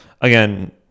again